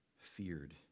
feared